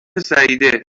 سعیده